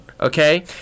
okay